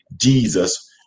Jesus